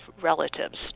relatives